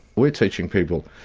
we're teaching people,